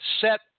set